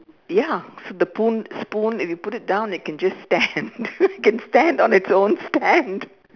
ya the spoon spoon if you put it down it can just stand it can stand on its own stand